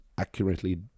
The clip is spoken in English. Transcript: accurately